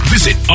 Visit